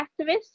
activists